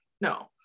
no